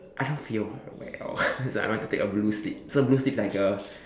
I don't feel very well so I went to take a blue slip so blue slip is like a